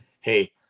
hey